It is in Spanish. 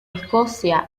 escocia